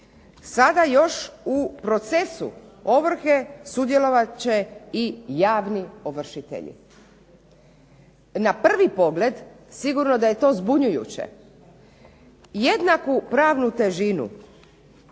Sada još u procesu ovrhe sudjelovat će i javni ovršitelji. Na prvi pogled sigurno da je to zbunjujuće. Jednaku pravnu težinu